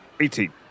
Eighteen